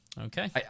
Okay